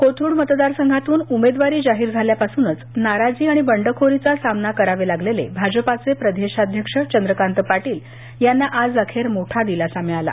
कोथरूड मतदारसंघातून उमेदवारी जाहीर झाल्यापासूनच नाराजी आणि बंडखोरीचा सामना करावे लागलेले भाजपाचे प्रदेशाध्यक्ष चंद्रकांत पाटील यांना आज अखेर मोठा दिलासा मिळाला